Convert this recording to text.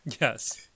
Yes